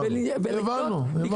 הבנו.